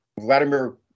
Vladimir